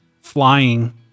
flying